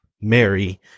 Mary